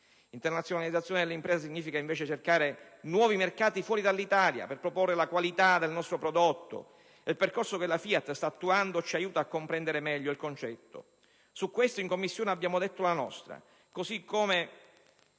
Internazionalizzazione delle imprese significa, invece, cercare nuovi mercati fuori dall'Italia per proporre la qualità del nostro prodotto. Il percorso che la FIAT sta attuando ci aiuta a comprendere meglio il concetto. Su questo argomento, in Commissione abbiamo detto la nostra, così come